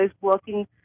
working